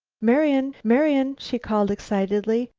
marian! marian! she called excitedly.